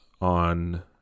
on